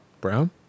brown